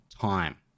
time